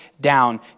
down